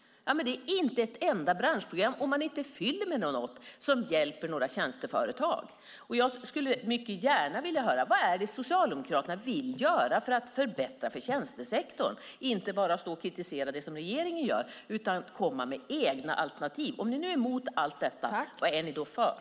Men det finns inte ett enda branschprogram som hjälper några tjänsteföretag om man inte fyller det med något. Jag skulle gärna vilja höra vad det är som Socialdemokraterna vill göra för att förbättra för tjänstesektorn - inte bara stå och kritisera det som regeringen gör utan komma med egna alternativ. Om ni är emot allt detta, vad är ni då för?